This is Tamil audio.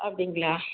ஆ அப்படிங்களா